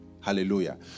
Hallelujah